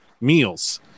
meals